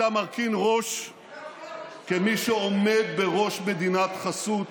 אתה מרכין ראש כמי שעומד בראש מדינת חסות,